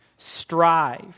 strive